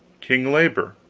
king labor.